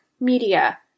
media